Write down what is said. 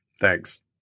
Thanks